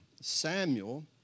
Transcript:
Samuel